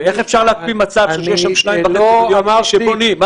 ואיך אפשר להקפיא מצב כשיש שם 2.5 מיליון אנשים שבונים?